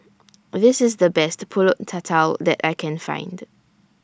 This IS The Best Pulut Tatal that I Can Find